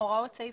הוראות סעיף